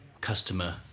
customer